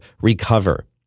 recover